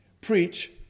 preach